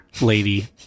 lady